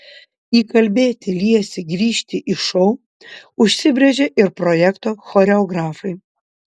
įkalbėti liesį grįžti į šou užsibrėžė ir projekto choreografai